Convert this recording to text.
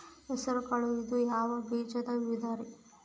ಹೆಸರುಕಾಳು ಇದು ಯಾವ ಬೇಜದ ವಿಧರಿ?